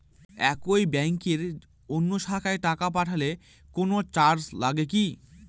একই ব্যাংকের অন্য শাখায় টাকা পাঠালে কোন চার্জ লাগে কি?